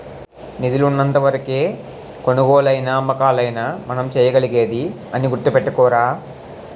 నిధులు ఉన్నంత వరకే కొనుగోలైనా అమ్మకాలైనా మనం చేయగలిగేది అని గుర్తుపెట్టుకోరా